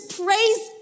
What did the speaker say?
praise